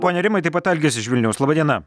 pone rimai taip pat algis iš vilniaus laba diena